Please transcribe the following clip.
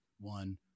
one